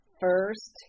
first